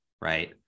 right